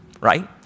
right